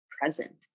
present